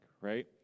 right